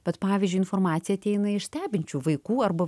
bet pavyzdžiui informacija ateina iš stebinčių vaikų arba